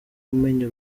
umenya